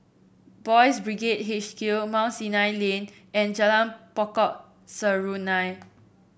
Boys' Brigade H Q Mount Sinai Lane and Jalan Pokok Serunai